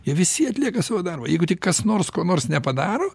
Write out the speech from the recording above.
jie visi atlieka savo darbą jeigu tik kas nors ko nors nepadaro